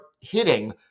hitting